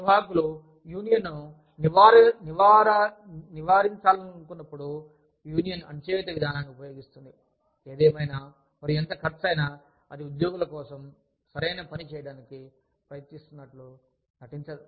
నిర్వాహకులు యూనియన్ను నివారించాలనుకున్నప్పుడు యూనియన్ అణచివేత విధానాన్ని ఉపయోగిస్తుంది ఏదేమైనా మరియు ఎంత ఖర్చు అయినా అది ఉద్యోగుల కోసం సరైన పని చేయడానికి ప్రయత్నిస్తున్నట్లు నటించదు